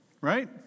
right